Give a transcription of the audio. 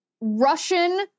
Russian